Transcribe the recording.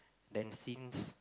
then since